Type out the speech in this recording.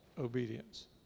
obedience